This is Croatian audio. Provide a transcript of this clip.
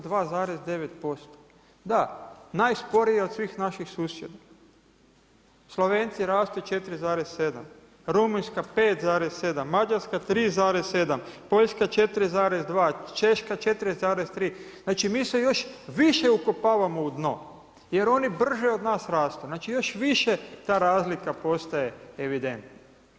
Da, najsporije od svih naših susjeda, Slovenci rastu 4,7, Rumunjska 5,7, Mađarska 3,7, Poljska 4,2, Češka 4,3 znači mi se još više ukopavamo u dno jer oni brže od nas rastu, znači još više ta razlika postaje evidentna.